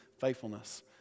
faithfulness